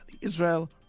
Israel